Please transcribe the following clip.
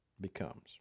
becomes